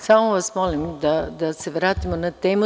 Samo vas molim da se vratimo na temu.